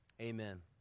Amen